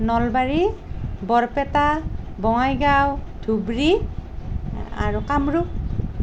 নলবাৰী বৰপেটা বঙাইগাঁও ধুবৰী আৰু কামৰূপ